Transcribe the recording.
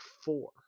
four